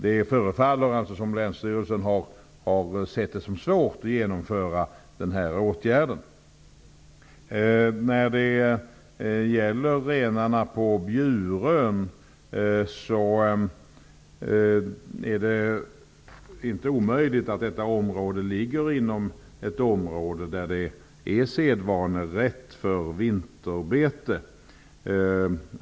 Det förefaller som om Länsstyrelsen har sett det som svårt att genomföra denna åtgärd. När det gäller renarna på Bjurön är det inte omöjligt att detta område ligger inom ett område där det är sedvanerätt för vinterbete.